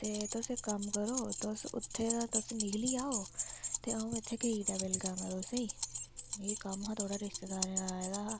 तुस इक कम्म करो तुस उत्थुआं दा निकली आओ अऊं इत्थै बल्गा ना तुसेंगी में कम्म हा थोहड़ा रिश्तेदारें दे आ एदा हा